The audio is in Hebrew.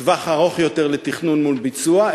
טווח ארוך יותר לתכנון מול ביצוע,